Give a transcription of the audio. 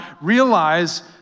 realize